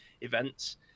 events